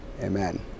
amen